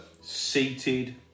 seated